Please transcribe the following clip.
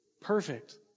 perfect